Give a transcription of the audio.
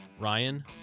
Ryan